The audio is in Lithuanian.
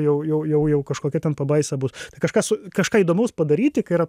jau jau jau jau kažkokia ten pabaisa bus kažkas kažką įdomaus padaryti kai yra